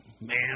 man